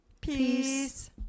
Peace